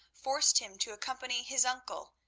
forced him to accompany his uncle,